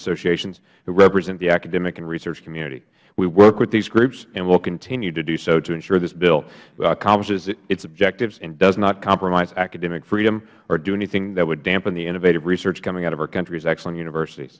associations who represent the academic and research community we have worked with these groups and will continue to do so to ensure this bill accomplishes its objectives and does not compromise academic freedom or do anything that would dampen the innovative research coming out of our countrys excellent universit